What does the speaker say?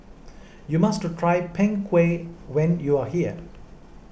you must try Png Kueh when you are here